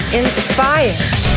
inspired